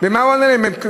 במה הועלנו להם?